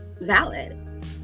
valid